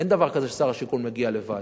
אין דבר כזה ששר השיכון מגיע לבד.